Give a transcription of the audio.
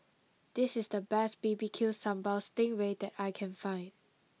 this is the best B B Q Sambal Sting Ray that I can find